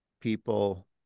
people